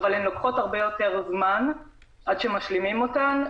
שהן לוקחות הרבה מאוד זמן עד שמשלימים אותן,